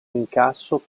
incasso